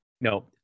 no